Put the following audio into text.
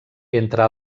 entre